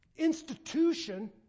institution